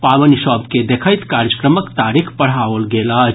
पावनि सभ के देखैत कार्यक्रमक तारीख बढ़ाओल गेल अछि